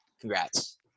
Congrats